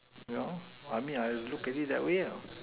well I mean I look at it that way